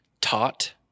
taught